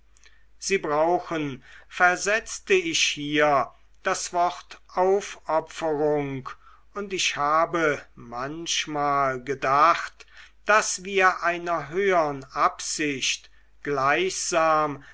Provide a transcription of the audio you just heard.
sie brauchen versetzte ich hier das wort aufopferung und ich habe manchmal gedacht wie wir einer höhern absicht gleichsam